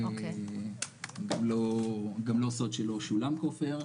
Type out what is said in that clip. גם לא סוד שלא שולם כופר.